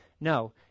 No